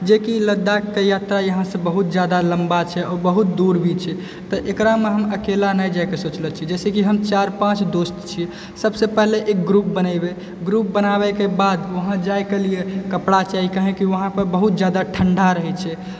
जेकि लद्दाखके यात्रा यहाँसँ बहुत जादा लम्बा छै ओ बहुत दूर भी छै तऽ एकरामे हम अकेला नहि जाइके सोचलहुँ छियै जैसैकि हम चारि पाँच दोस्त छियै सबसँ पहिले एक ग्रुप बनेबै ग्रुप बनाबैके बाद वहाँ जाइके लिए कपड़ा चाही काहे की वहाँपर बहुत जादा ठण्डा रहै छै